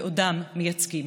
ועודם מייצגים.